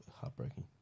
Heartbreaking